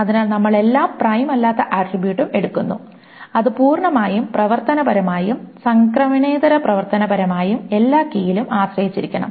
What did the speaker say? അതിനാൽ നമ്മൾ എല്ലാ പ്രൈം അല്ലാത്ത ആട്രിബ്യൂട്ടും എടുക്കുന്നു അത് പൂർണ്ണമായും പ്രവർത്തനപരമായും സംക്രമണേതര പ്രവർത്തനപരമായും എല്ലാ കീയിലും ആശ്രയിച്ചിരിക്കണം